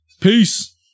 Peace